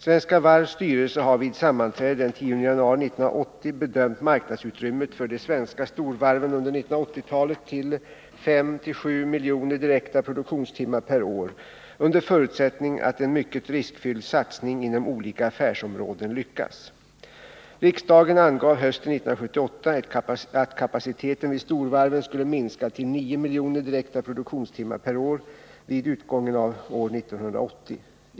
Svenska Varvs styrelse har vid sammanträde den 10 januari 1980 bedömt marknadsutrymmet för de svenska storvarven under 1980-talet till 5-7 miljoner direkta produktionstimmar per år under förutsättning att en mycket riskfylld satsning inom olika affärsområden lyckas. Riksdagen angav hösten 1978 att kapaciteten vid storvarven skulle minska till 9 miljoner direkta produktionstimmar per år vid utgången av år 1980.